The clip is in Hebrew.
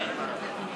חברי הכנסת,